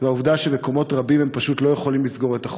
והעובדה שבמקומות רבים הם פשוט לא יכולים לסגור את החודש.